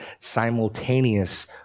simultaneous